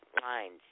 lines